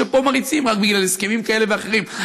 שפה מריצים בגלל הסכמים כאלה ואחרים,